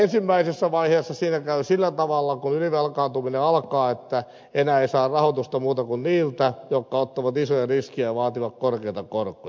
ensimmäisessä vaiheessa kun ylivelkaantuminen alkaa siinä käy sillä tavalla että enää ei saa rahoitusta muuta kuin niiltä jotka ottavat isoja riskejä ja vaativat korkeita korkoja